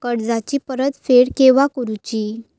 कर्जाची परत फेड केव्हा करुची?